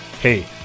Hey